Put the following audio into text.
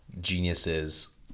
geniuses